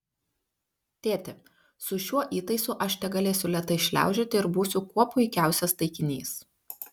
tėti su šiuo įtaisu aš tegalėsiu lėtai šliaužioti ir būsiu kuo puikiausias taikinys